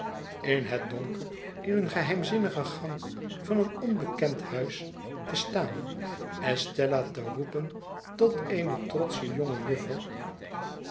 in het donker in een geheimzinnigen gang van een onbekend huis te staan estella te roepen tot eene trotsche jonge juffer